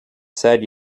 said